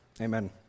Amen